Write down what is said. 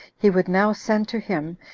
he would now send to him,